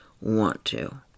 want-to